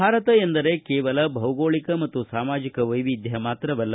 ಭಾರತ ಎಂದರೆ ಕೇವಲ ಭೌಗೋಳಕ ಮತ್ತು ಸಾಮಾಜಿಕ ವೈವಿಧ್ಯ ಮಾತ್ರವಲ್ಲ